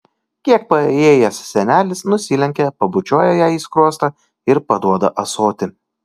kiek paėjėjęs senelis nusilenkia pabučiuoja jai į skruostą ir paduoda ąsotį